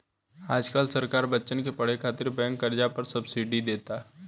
आज काल्ह सरकार बच्चन के पढ़े खातिर बैंक कर्जा पर सब्सिडी देता